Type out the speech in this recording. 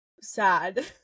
sad